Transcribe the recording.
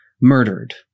murdered